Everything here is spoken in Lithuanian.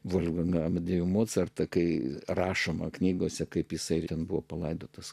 volfgangą amadėjų mocartą kai rašoma knygose kaip jisai ten buvo palaidotas